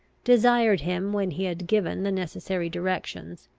desired him, when he had given the necessary directions,